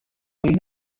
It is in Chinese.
由于